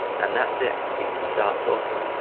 and that's it! you can start talking.